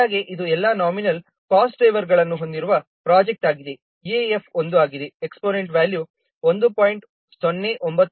ಈ ಡೇಟಾಗೆ ಇದು ಎಲ್ಲಾ ನಾಮಿನಲ್ ಕಾಸ್ಟ್ ಡ್ರೈವರ್ಗಳನ್ನು ಹೊಂದಿರುವ ಪ್ರೊಜೆಕ್ಟ್ ಆಗಿದೆ EAF 1 ಆಗಿದೆ ಎಕ್ಸ್ಪೋನೆಂಟ್ ವ್ಯಾಲ್ಯೂ 1